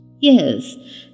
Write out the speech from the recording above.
Yes